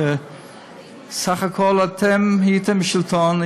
כשבסך הכול הייתם בשלטון,